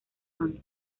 juan